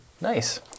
Nice